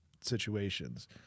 situations